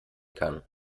kann